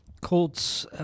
Colts